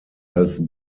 als